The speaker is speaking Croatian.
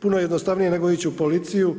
Puno jednostavnije nego ići u policiju